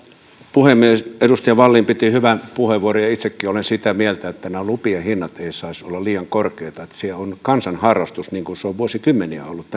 puhemies edustaja wallin käytti hyvän puheenvuoron ja itsekin olen sitä mieltä että nämä lupien hinnat eivät saisi olla liian korkeita se on kansan harrastus niin kuin tenolla kalastaminen on vuosikymmeniä ollut